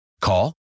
call